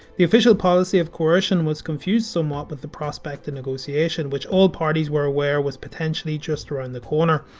the official policy of coercion was confused somewhat with but the prospect of negotiation, which all parties were aware was potentially just around the corner.